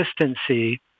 consistency